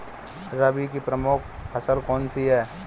रबी की प्रमुख फसल कौन सी है?